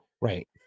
Right